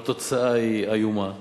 אבל התוצאה היא איומה,